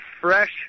fresh